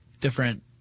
different